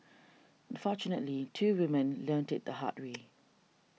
unfortunately two women learnt it the hard way